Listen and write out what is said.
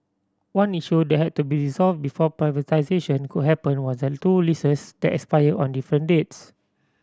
one issue that had to be resolved before privatisation could happen was the two leases that expire on different dates